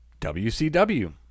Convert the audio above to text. WCW